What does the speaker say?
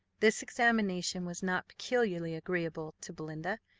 this examination was not peculiarly agreeable to belinda,